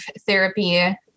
therapy